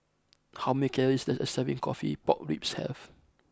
how many calories does a serving of Coffee Pork Ribs have